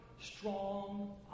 strong